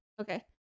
Okay